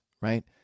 right